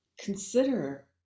consider